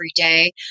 everyday